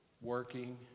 Working